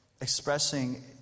expressing